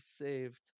saved